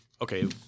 okay